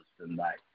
tonight